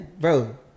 bro